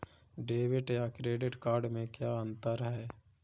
Debit या credit card में क्या अन्तर है?